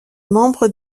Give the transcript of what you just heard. membre